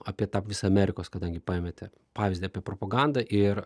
apie tą visą amerikos kadangi paėmėte pavyzdį apie propagandą ir